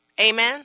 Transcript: Amen